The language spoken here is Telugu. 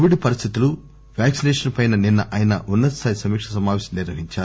కోవిడ్ పరిస్థితులు వ్యాక్పినేషన్ పై నిన్న ఆయన ఉన్నత స్థాయి సమీక సమాపేశం నిర్వహించారు